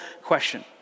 question